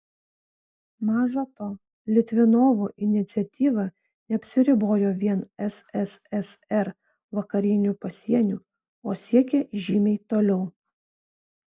maža to litvinovo iniciatyva neapsiribojo vien sssr vakariniu pasieniu o siekė žymiai toliau